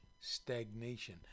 stagnation